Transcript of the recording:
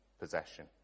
possession